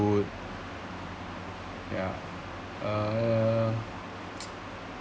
food ya uh